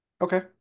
Okay